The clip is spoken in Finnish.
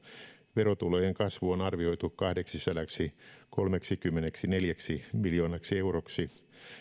verotulojen kasvu on arvioitu kahdeksisadaksikolmeksikymmeneksineljäksi miljoonaksi euroksi